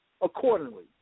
accordingly